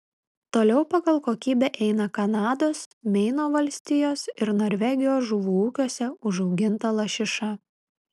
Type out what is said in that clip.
toliau pagal kokybę eina kanados meino valstijos ir norvegijos žuvų ūkiuose užauginta lašiša